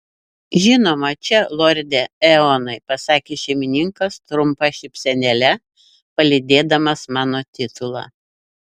žinoma čia lorde eonai pasakė šeimininkas trumpa šypsenėle palydėdamas mano titulą